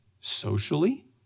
socially